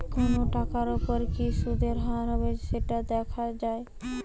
কোনো টাকার ওপর কি সুধের হার হবে সেটা দেখে যাওয়া